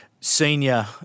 senior